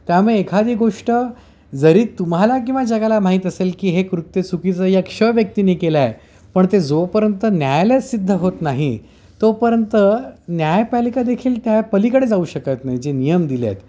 त्यामुळे एखादी गोष्ट जरी तुम्हाला किंवा जगाला माहीत असेल की हे कृत्य चुकीचं या क्ष व्यक्तीनं केलं आहे पण ते जोपर्यंत न्यायालयात सिद्ध होत नाही तोपर्यंत न्यायपालिका देखील त्या पलीकडे जाऊ शकत नाही जे नियम दिले आहेत